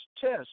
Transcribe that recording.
test